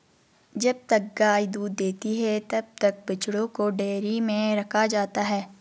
जब तक गाय दूध देती है तब तक बछड़ों को डेयरी में रखा जाता है